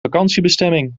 vakantiebestemming